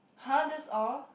[huh] that's all